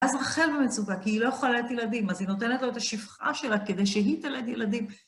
אז רחל במצוקה, כי היא לא יכולה ללדת ילדים, אז היא נותנת לו את השפחה שלה כדי שהיא תלד ילדים.